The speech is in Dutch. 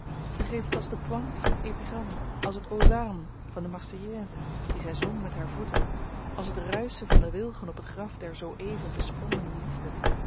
ze geeft het als de pointe van t epigram als t aux armes van de marseillaise die zy zong met haar voeten als t ruischen van de wilgen op het graf der zoo-even besprongene liefde